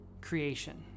creation